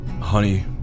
Honey